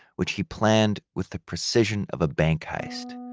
which he planned with the precision of a bank heist